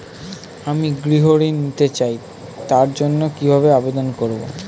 আমি গৃহ ঋণ নিতে চাই তার জন্য কিভাবে আবেদন করব?